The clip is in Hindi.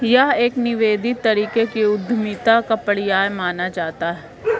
यह एक निवेदित तरीके की उद्यमिता का पर्याय माना जाता रहा है